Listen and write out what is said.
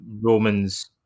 Romans